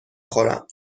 خورم